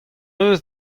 eus